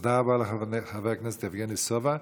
תודה רבה לך, חבר הכנסת יבגני סובה.